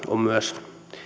on myös